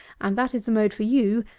and that is the mode for you,